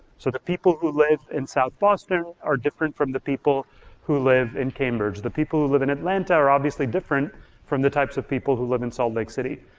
so the people who live in south boston are different from the people who live in cambridge. the people who live in atlanta are obviously different from the types of people who live in salt lake city.